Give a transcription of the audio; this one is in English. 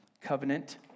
covenant